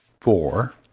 four